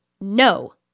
no